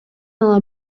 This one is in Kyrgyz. ала